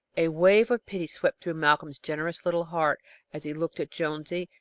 a wave of pity swept through malcolm's generous little heart as he looked at jonesy,